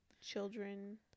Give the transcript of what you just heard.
children